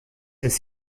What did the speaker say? ist